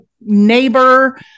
neighbor